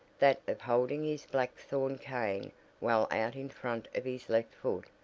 that of holding his black-thorn cane well out in front of his left foot,